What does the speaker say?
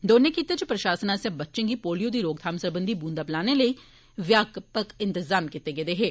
दौने खिते च प्रशासन आस्सेया बच्चे गी पोलियो दी रोकथाम सरबंधी बूंदा पलाने लेई व्यापक इंतजाम कीते गेदे हे